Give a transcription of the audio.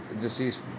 deceased